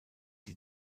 die